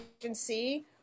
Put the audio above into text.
agency